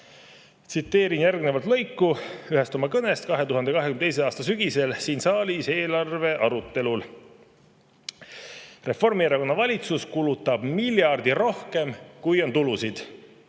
Tsiteerin lõiku ühest oma kõnest 2022. aasta sügisel siin saalis eelarve arutelul: "Reformierakonna valitsus kulutab miljardi rohkem, kui on tulusid.